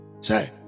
Say